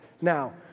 Now